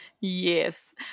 yes